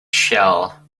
shell